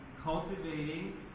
cultivating